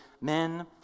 men